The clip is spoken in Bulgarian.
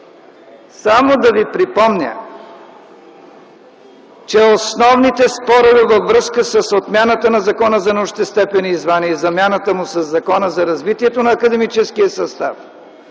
Само да ви припомня, че основните спорове във връзка с отмяната на Закона за научните степени и звания и замяната му със Закона за развитието на академическия състав